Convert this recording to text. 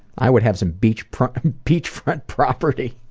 i would have some beachfront beachfront property.